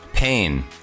pain